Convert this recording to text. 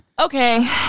Okay